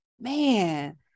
man